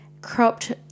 cropped